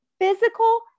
physical